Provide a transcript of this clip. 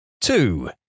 Two